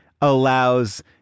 allows